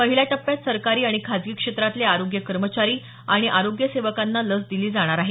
पहिल्या टप्प्यात सरकारी आणि खासगी क्षेत्रातले आरोग्य कर्मचारी आणि आरोग्य सेवकांना लस दिली जाणार आहे